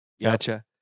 Gotcha